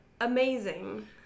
amazing